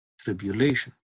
tribulation